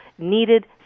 Needed